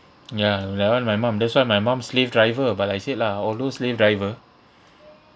ya that [one] my mum that's why my mum slave driver but like I said lah although slave driver